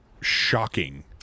shocking